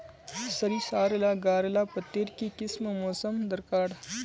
सरिसार ला गार लात्तिर की किसम मौसम दरकार?